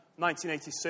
1986